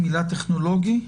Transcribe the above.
טכנולוגי?